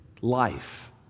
life